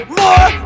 more